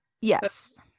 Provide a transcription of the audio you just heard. Yes